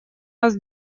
нас